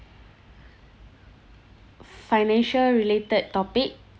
financial related topic